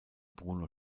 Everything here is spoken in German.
bruno